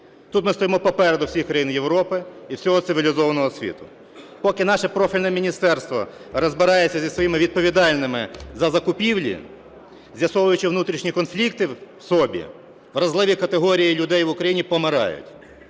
Тут ми стоїмо попереду всіх країн Європи і всього цивілізованого світу. Поки наше профільне міністерство розбирається зі своїми відповідальними за закупівлі, з'ясовуючи внутрішні конфлікти в собі, вразливі категорії людей в Україні помирають.